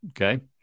Okay